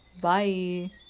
Bye